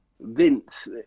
vince